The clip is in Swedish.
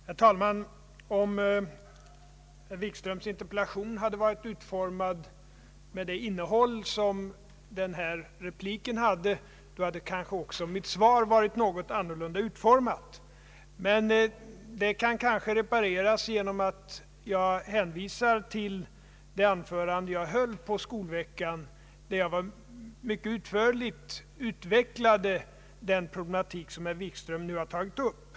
Herr talman! Om herr Wikströms interpellation haft samma innehåll som hans replik här, hade kanske också mitt svar varit något annorlunda utformat! Men detta kan måhända repareras genom att jag hänvisar till det anförande som jag höll på skolveckan, där jag mycket utförligt utvecklade den problematik som herr Wikström nu har tagit upp.